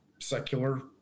secular